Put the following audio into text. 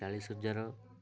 ଚାଳିଶି ହଜାର